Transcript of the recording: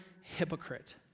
hypocrite